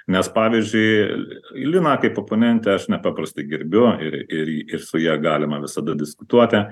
nes pavyzdžiui liną kaip oponentę aš nepaprastai gerbiu ir ir ir su ja galima visada diskutuoti